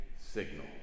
signal